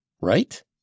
right